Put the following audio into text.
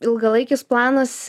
ilgalaikis planas